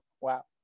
wow